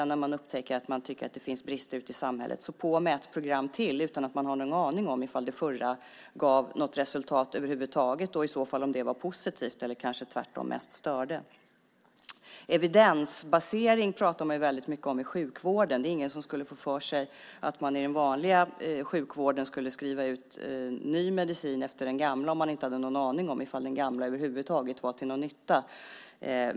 När man upptäcker att det finns brister ute i samhället lägger man på ett program till utan att man har någon aning om ifall det förra över huvud taget gav något resultat och om det i så fall var positivt eller kanske tvärtom mest störde. Evidensbasering pratar man väldigt mycket om i sjukvården. Det är ingen som skulle få för sig att man i den vanliga sjukvården skulle skriva ut ny medicin efter den gamla ifall man inte hade en aning om att det gamla över huvud taget var till någon nytta.